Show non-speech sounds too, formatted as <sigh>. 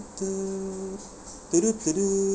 <noise>